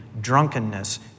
drunkenness